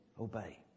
obey